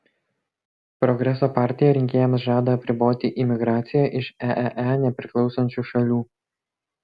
progreso partija rinkėjams žada apriboti imigraciją iš eee nepriklausančių šalių